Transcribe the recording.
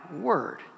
word